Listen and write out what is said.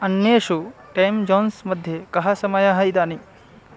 अन्येषु time zones मध्ये कः समयः इदानीम्